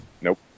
Nope